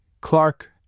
Clark